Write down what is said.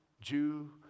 Jew